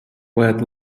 поет